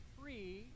free